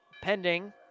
pending